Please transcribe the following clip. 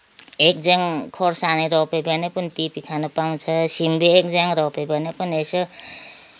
एक झ्याङ खोर्सानी रोप्यो भने पनि टिपी खान पाउँछ सिमी एक झ्याङ रोप्यो भने पनि यसो